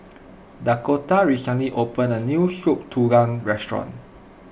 Dakoda recently opened a new Soup Tulang restaurant